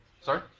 Sorry